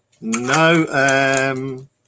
No